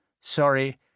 Sorry